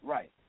Right